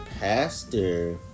pastor